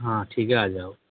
हाँ ठीक है आजाओ